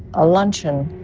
a luncheon,